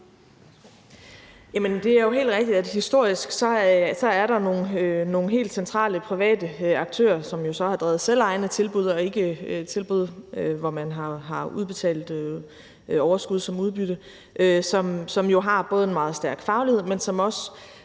historisk er der nogle helt centrale private aktører, som jo så har drevet selvejende tilbud og ikke tilbud, hvor man har udbetalt overskud som udbytte, som jo har både en meget stærk faglighed, men som også